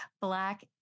Black